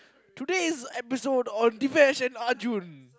today is the episode of the fashion Arjun